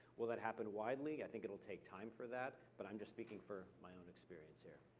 will that happen widely? i think it'll take time for that, but i'm just speaking for my own experience here.